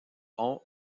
ont